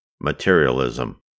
Materialism